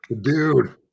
Dude